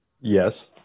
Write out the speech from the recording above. Yes